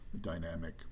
dynamic